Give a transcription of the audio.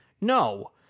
no